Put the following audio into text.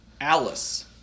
Alice